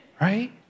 right